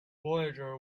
voyager